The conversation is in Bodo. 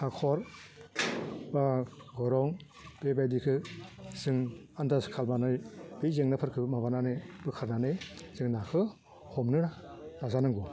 हाखर बा गरं बेबायदिखौ जों आनदाज खालामनानै बै जेंनाफोरखौ माबानानै बोखारनानै जों नाखौ हमनो नाजानांगौ